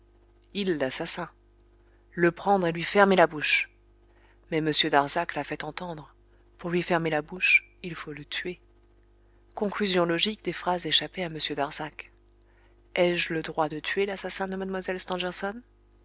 il l'assassin le prendre et lui fermer la bouche mais m darzac l'a fait entendre pour lui fermer la bouche il faut le tuer conclusion logique des phrases échappées à m darzac ai-je le droit de tuer l'assassin de mlle stangerson